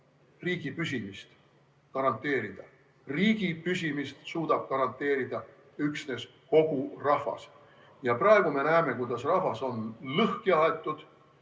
riigi püsimist garanteerida. Riigi püsimise suudab garanteerida üksnes kogu rahvas. Ja praegu me näeme, kuidas rahvas on lõhki aetud.